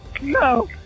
No